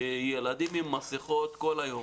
ילדים עם מסכות כל היום,